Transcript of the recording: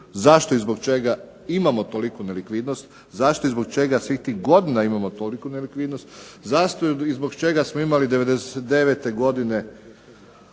zašto i zbog čega imamo toliku nelikvidnost, zašto i zbog čega svih tih godina imamo toliku nelikvidnost, zašto i zbog čega smo imali '99. godine